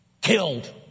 killed